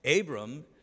Abram